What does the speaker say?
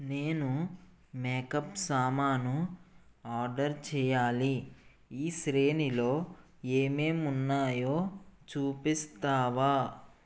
నేను మేకప్ సామాను ఆర్డర్ చేయాలి ఈ శ్రేణిలో ఏమేం ఉన్నాయో చూపిస్తావా